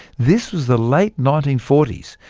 this was the late nineteen forty s,